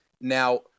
now